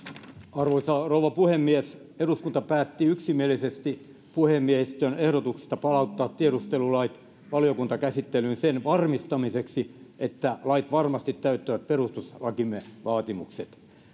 arvoisa rouva puhemies eduskunta päätti yksimielisesti puhemiehistön ehdotuksesta palauttaa tiedustelulait valiokuntakäsittelyyn sen varmistamiseksi että lait varmasti täyttävät perustuslakimme vaatimukset